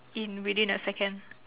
in within a second